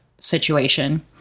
situation